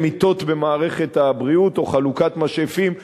מיטות במערכת הבריאות או חלוקת משאפים.